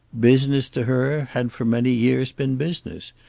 business to her had for many years been business,